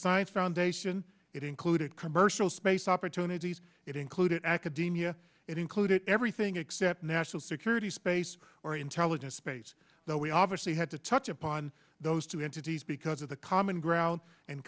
science foundation it included commercial space opportunities it included academia it included everything except national security space or intelligence space though we obviously had to touch upon those two entities because of the common ground and